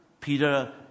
Peter